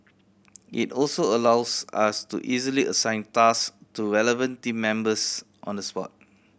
it also allows us to easily assign task to relevant team members on the spot